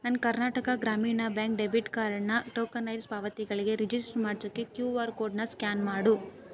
ನನ್ನ Karnataka Grameena bank debit ಕಾರ್ಡ್ನ tokenised ಪಾವತಿಗಳಿಗೆ ರಿಜಿಸ್ಟರ್ ಮಾಡಿಸೋಕೆ ಕ್ಯೂ ಆರ್ ಕೋಡ್ನ ಸ್ಕ್ಯಾನ್ ಮಾಡು